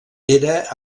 era